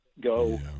go